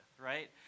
Right